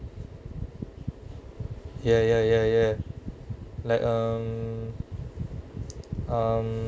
ya ya ya ya like um um